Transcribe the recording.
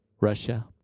russia